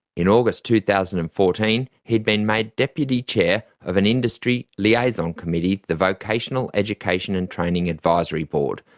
in august two thousand and fourteen he had been made deputy chair of an industry liaison committee, the vocational education and training advisory board,